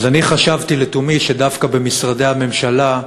אז חשבתי לתומי שדווקא במשרדי הממשלה,